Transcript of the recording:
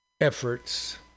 efforts